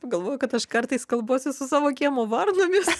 galvoju kad aš kartais kalbuosi su savo kiemo varnomis